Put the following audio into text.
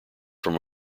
from